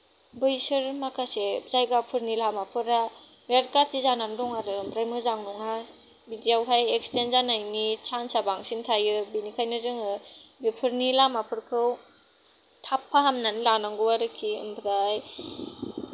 बैसोर माखासे जायगाफोरनि लामाफोरा बेराद गाज्रि जानानै दं आरो ओमफ्राय मोजां नङा बिदिआवहाय एक्सडेन जानायनि चान्सआ बांसिन थायो बिनिखायनो जोङो बेफोरनि लामाफोरखौ थाब फाहामनानै लानांगौ आरोखि ओमफ्राय